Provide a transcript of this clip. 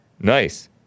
Nice